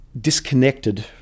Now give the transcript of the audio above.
disconnected